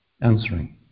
answering